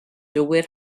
dewitt